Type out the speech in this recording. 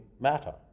matter